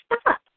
stop